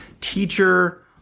teacher